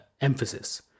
emphasis